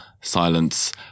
silence